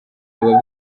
bikaba